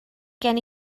gen